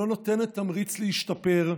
לא נותנת תמריץ להשתפר.